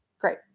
Great